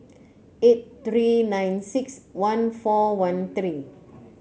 eight three nine six one four one three